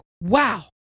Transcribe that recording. wow